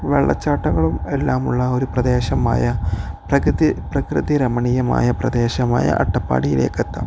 വെള്ളച്ചാട്ടങ്ങളും എല്ലാമുള്ള ഒരു പ്രദേശമായ പ്രകൃതി പ്രകൃതി രമണീയമായ പ്രദേശമായ അട്ടപ്പാടിയിലേക്ക് എത്താം